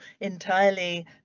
entirely